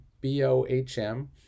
B-O-H-M